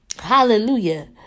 hallelujah